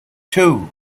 two